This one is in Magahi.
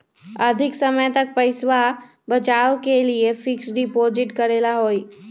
अधिक समय तक पईसा बचाव के लिए फिक्स डिपॉजिट करेला होयई?